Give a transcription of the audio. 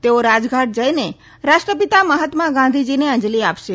તેઓ રાજઘાટ જઇને રાષ્ટ્રપિતા મહાત્મા ગાંધીજીને અંજલી આપશે